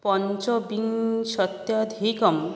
पञ्चविंशत्यधीकं